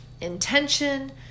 intention